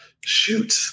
shoot